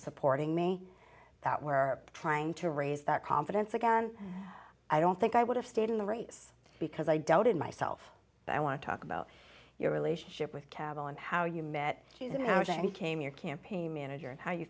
supporting me that were trying to raise that confidence again i don't think i would have stayed in the race because i don't in myself i want to talk about your relationship with cavill and how you met him when he came your campaign manager and how you